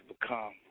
become